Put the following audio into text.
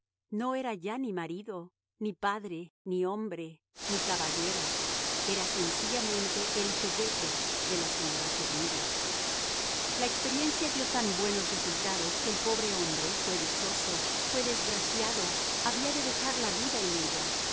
no era ya ni marido ni padre ni hombre ni caballero era sencillamente el juguete de la señora chermidy la experiencia dio tan buenos resultados que el pobre hombre fuese dichoso fuese desgraciado había de dejar la vida en ella